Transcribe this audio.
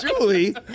Julie